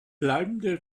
bleibende